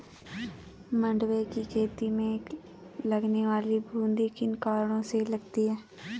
मंडुवे की खेती में लगने वाली बूंदी किन कारणों से लगती है?